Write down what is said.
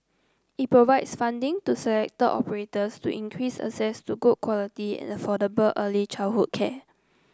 it provides funding to selected operators to increase access to good quality and affordable early childhood care